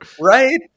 Right